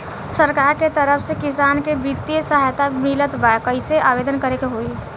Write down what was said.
सरकार के तरफ से किसान के बितिय सहायता मिलत बा कइसे आवेदन करे के होई?